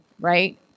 right